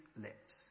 lips